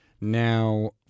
Now